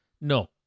No